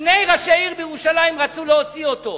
שני ראשי עיר בירושלים רצו להוציא אותו.